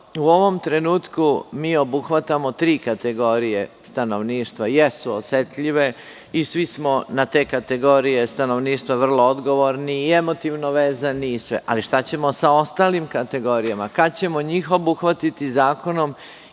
u ovom trenutku mi obuhvatamo tri kategorije stanovništva? Jesu osetljive i svi smo na te kategorije stanovništva vrlo odgovorni i emotivno vezani. Ali, šta ćemo sa ostalim kategorijama? Kada ćemo njih obuhvatiti zakonom